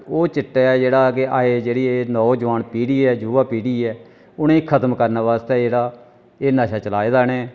ते ओह् चिट्टा जेह्ड़ा कि जेह्ड़ी एह् नौजोआन पीढ़ी ऐ युवा पीढ़ी ऐ उ'नें गी खत्म करने वास्तै जेह्ड़ा नशा चलाए दा इ'नें